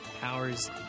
powers